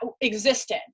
existed